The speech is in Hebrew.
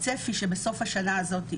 הצפי שבסוף השנה הזאת,